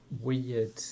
weird